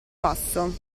passo